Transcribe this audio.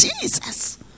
Jesus